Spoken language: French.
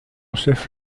chef